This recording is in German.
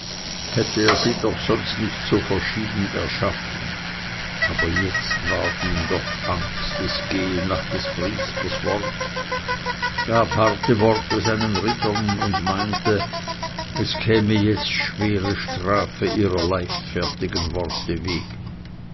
hätte er sie doch sonst nicht so verschieden erschaffen aber jetzt ward ihm doch angst es gehe nach des priesters wort gab harte worte seinen rittern und meinte es käme jetzt schwere strafe ihrer leichtfertigen worte wegen